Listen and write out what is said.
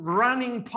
running